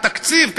התקציב,